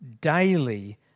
daily